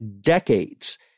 decades